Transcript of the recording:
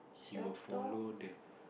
self talk